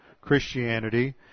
Christianity